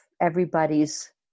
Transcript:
everybody's